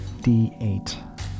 D8